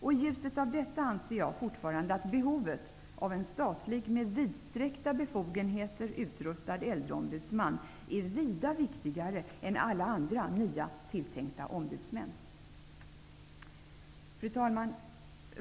I ljuset av detta anser jag fortfarande att behovet av en statlig och med vidsträckta befogenheter utrustad äldreombudsman är vida viktigare än alla andra tilltänkta nya ombudsmän. Fru talman!